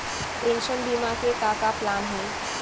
Pension बीमा के का का प्लान हे?